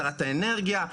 שרת האנרגיה,